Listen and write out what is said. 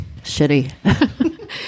shitty